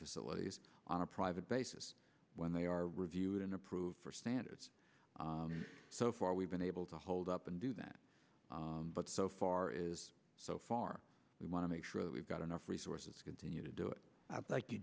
facilities on a private basis when they are reviewed and approved for standards so far we've been able to hold up and do that but so far is so far we want to make sure that we've got enough resources to continue to do it like